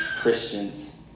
Christians